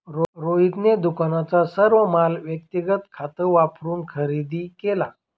रोहितने दुकानाचा सर्व माल व्यक्तिगत खात वापरून खरेदी केला